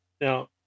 Now